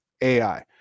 AI